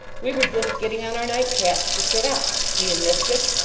we were just getting on our nightcaps to sit up me and mistress.